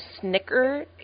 snicker